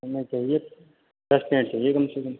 हमें चाहिए दस पेड़ चाहिए कम से कम